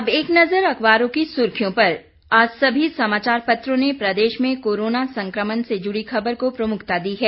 अब एक नज़र अखबारों की सुर्खियों पर आज सभी समाचार पत्रों ने प्रदेश में कोरोना संकमण से जुड़ी खबर को प्रमुखता दी है